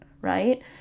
right